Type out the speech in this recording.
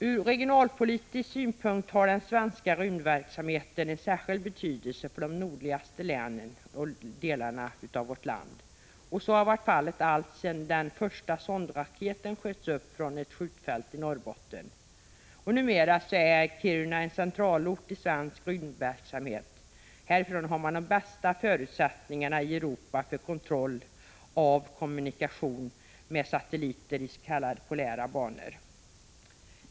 Ur regionalpolitisk synpunkt har den svenska rymdverksamheten en särskild betydelse för de nordligaste delarna av landet. Så har varit fallet alltsedan de första sondraketerna sköts upp från skjutfält i Norrbotten. Numera är Kiruna en centralort i svensk rymdverksamhet. Härifrån har man de bästa förutsättningarna i Europa för kontroll av och kommunikation med satelliter i s.k. polära banor.